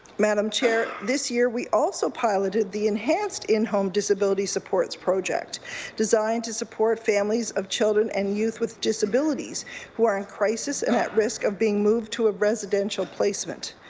madam chair, this year we also piloted the enhanced in-home disability supports project designed to support families of children and youth with disabilities who are in crisis and at risk of being moved to a residential placement.